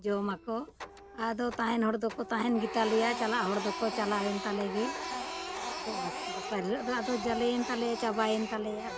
ᱡᱚᱢ ᱟᱠᱚ ᱟᱫᱚ ᱛᱟᱦᱮᱱ ᱦᱚᱲ ᱫᱚᱠᱚ ᱛᱟᱦᱮᱱ ᱜᱮᱛᱟ ᱞᱮᱭᱟ ᱪᱟᱞᱟᱜ ᱦᱚᱲ ᱫᱚᱠᱚ ᱪᱟᱞᱟᱣᱮᱱ ᱛᱟᱞᱮ ᱜᱮ ᱟᱫᱚ ᱵᱟᱥ ᱫᱚᱥᱟᱨ ᱦᱤᱞᱳᱜ ᱫᱚ ᱟᱫᱚ ᱡᱟᱞᱮᱭᱮᱱ ᱛᱟᱞᱮᱭᱟ ᱪᱟᱵᱟᱭᱮᱱ ᱛᱟᱞᱮᱭᱟ ᱟᱫᱚ